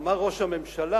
אמר ראש הממשלה